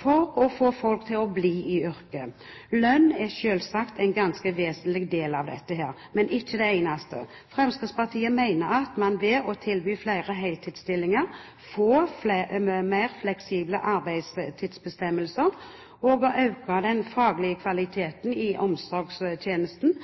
for å få folk til å bli i yrket. Lønn er selvsagt en ganske vesentlig del av dette, men ikke det eneste. Fremskrittspartiet mener at man ved å tilby flere heltidsstillinger får mer fleksible arbeidstidsbestemmelser, og at det å øke den faglige kvaliteten i omsorgstjenesten